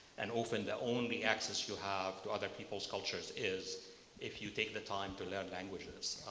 and often the only access you'll have to other people's cultures is if you take the time to learn languages.